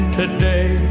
today